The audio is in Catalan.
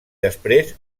després